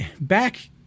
back